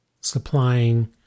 supplying